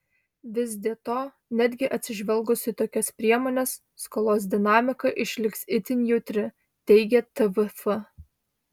vis dėto netgi atsižvelgus į tokias priemones skolos dinamika išliks itin jautri teigia tvf